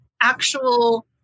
actual